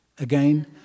again